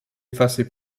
effacer